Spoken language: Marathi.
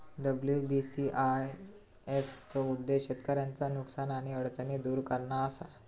डब्ल्यू.बी.सी.आय.एस चो उद्देश्य शेतकऱ्यांचा नुकसान आणि अडचणी दुर करणा असा